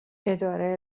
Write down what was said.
اداره